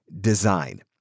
design